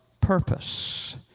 purpose